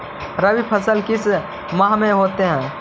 रवि फसल किस माह में होते हैं?